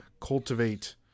cultivate